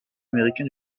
américain